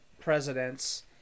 presidents